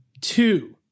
Two